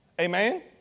Amen